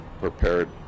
prepared